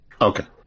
Okay